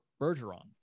Bergeron